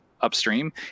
upstream